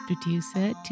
producer